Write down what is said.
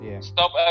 stop